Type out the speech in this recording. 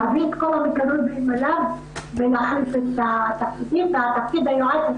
להביא את כל המקורבים שלו ומחליף את בעלי התפקידים ואילו תפקיד היועצת